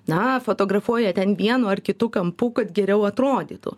na fotografuoja ten vienu ar kitu kampu kad geriau atrodytų